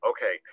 Okay